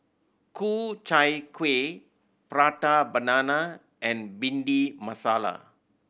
Ku Chai Kueh Prata Banana and Bhindi Masala